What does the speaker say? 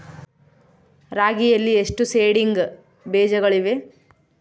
ರಾಗಿಯಲ್ಲಿ ಎಷ್ಟು ಸೇಡಿಂಗ್ ಬೇಜಗಳಿವೆ?